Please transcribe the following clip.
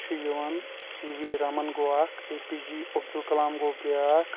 چھ یِوان سی وی رمن گوٚو اکھ اے پی جی عبدل کلام گوٚو بیٛاکھ